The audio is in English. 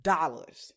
Dollars